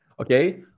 Okay